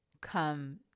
come